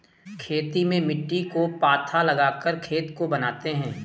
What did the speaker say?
खेती में मिट्टी को पाथा लगाकर खेत को बनाते हैं?